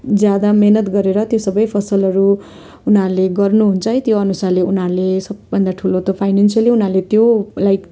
ज्यादा मिहिनेत गरेर त्यो सबै फसलहरू उनीहरूले गर्नुहुन्छ है त्यो अनुसारले उनीहरूले सबभन्दा ठुलो त फाइनेनसियली उनीहरूले त्यो लाइक